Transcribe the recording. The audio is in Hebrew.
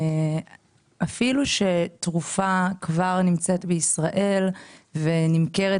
אפילו שתרופה כבר נמצאת בישראל ונמכרת